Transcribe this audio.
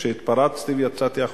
שהתפרצתי ויצאתי החוצה,